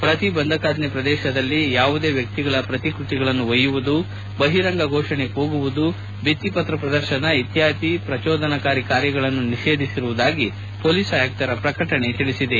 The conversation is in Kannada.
ಪ್ರತಿಬಂಧಕಾಜ್ಞೆ ಪ್ರದೇಶದಲ್ಲಿ ಯಾವುದೇ ವ್ವಕ್ತಿಗಳ ಪ್ರತಿಕೃತಿಗಳನ್ನು ಒಯ್ಯುವುದು ಬಹಿರಂಗ ಘೋಷಣೆ ಕೂಗುವುದು ಬಿತ್ತಿ ಪತ್ರ ಪ್ರದರ್ಶನ ಇತ್ಕಾದಿ ಪ್ರಜೋದನಕಾರಿ ಕಾರ್ಯಗಳನ್ನು ನಿಷೇಧಿಸಿರುವುದಾಗಿ ಹೊಲೀಸ್ ಆಯುಕ್ತರ ಪ್ರಕಟಣೆ ತಿಳಿಸಿದೆ